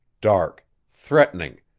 dark, threatening,